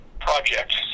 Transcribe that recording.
project